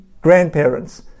grandparents